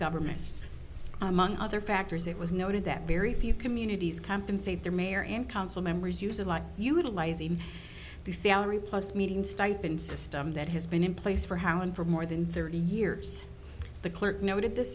government among other factors it was noted that very few communities compensate their mayor and council members using like utilizing the salary plus meeting stipend system that has been in place for how and for more than thirty years the clerk noted th